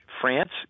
France